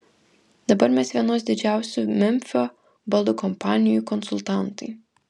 dabar mes vienos didžiausių memfio baldų kompanijų konsultantai